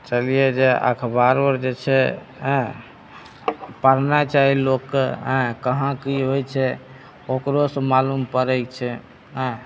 चलिए जे अखबारो जे छै हँ पढ़नाइ चाही लोककेँ आयँ कहाँ की होइत छै ओकरो से मालूम पड़ैत छै आयँ